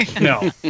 no